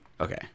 Okay